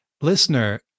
Listener